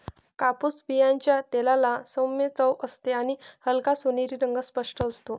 कापूस बियांच्या तेलाला सौम्य चव असते आणि हलका सोनेरी रंग स्पष्ट असतो